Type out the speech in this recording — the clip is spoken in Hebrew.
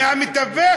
מהמתווך,